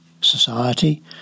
Society